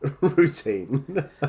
routine